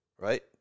Right